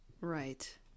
Right